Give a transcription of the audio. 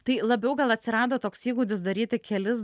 tai labiau gal atsirado toks įgūdis daryti kelis